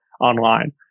online